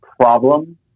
problem